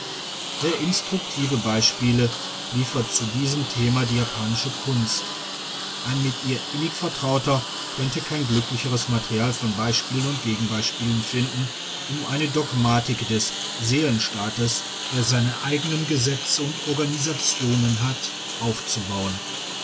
sehr instruktive beispiele liefert zu diesem thema die japanische kunst ein mit ihr innig vertrauter könnte kein glücklicheres material von beispielen und gegenbeispielen finden um eine dogmatik des seelenstaates der seine eigenen gesetze und organisationen hat aufzubauen